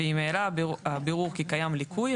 ואם העלה הבירור כי קיים ליקוי,